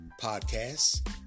Podcasts